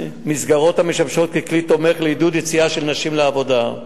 מסגרות המשמשות כלי תומך לעידוד יציאה של נשים לעבודה.